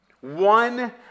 One